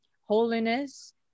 Holiness